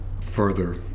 further